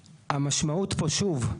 המשמעות פה, שוב,